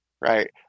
Right